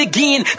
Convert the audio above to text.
Again